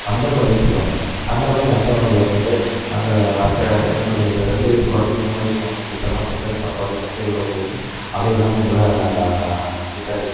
அங்கன்வாடினு சொல்வாங்க அந்தமாதிரி அங்கன்வாடி ஓப்பன் பண்ணிட்டு அந்த அரக்க என்ன சொல்றது ரெண்டு வயசு குழந்தைங்க மூணு வயசு குழந்தைங்களுக்கெல்லாம் மத்தியான சாப்பாடு முட்டையோடு போட்டு அதை எல்லாமே நல்லா நீட்டாக